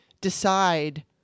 decide